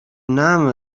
name